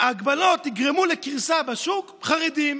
ההגבלות יגרמו לקריסה בשוק, חרדים,